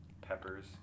Peppers